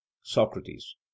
Socrates